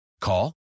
Call